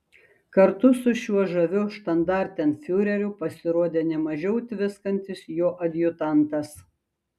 kartu su šiuo žaviu štandartenfiureriu pasirodė ne mažiau tviskantis jo adjutantas